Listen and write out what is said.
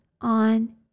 on